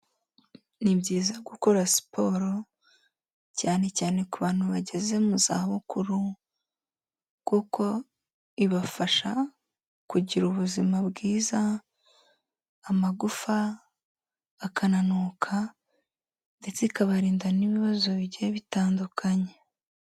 Ni byiza gukora siporo cyane cyane ku bantu bageze mu zabukuru, kuko ibafasha kugira ubuzima bwiza, amagufa akananuka ndetse ikabarinda n'ibibazo bigiye bitandukanye.